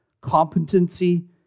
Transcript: competency